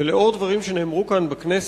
ולעוד דברים שנאמרו כאן בכנסת.